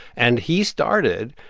and he started,